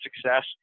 success